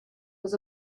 was